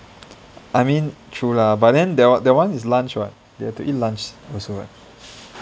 I mean true lah but then the one the one is lunch what you have to eat lunch also [what]